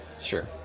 Sure